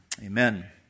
amen